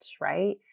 right